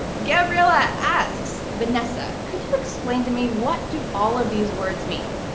gabriella asks, vanessa, could you explain to me what do all of these words mean